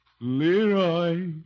Leroy